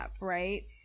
right